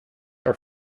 are